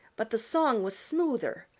but the song was smoother,